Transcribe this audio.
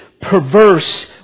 perverse